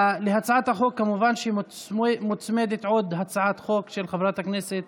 להצעת החוק כמובן מוצמדת עוד הצעת חוק של חברת הכנסת